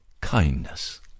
kindness